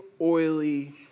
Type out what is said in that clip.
oily